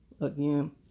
Again